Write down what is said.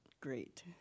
great